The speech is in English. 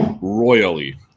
royally